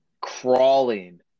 crawling